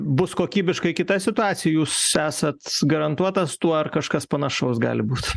bus kokybiškai kita situacija jūs esat garantuotas tuo ar kažkas panašaus gali būt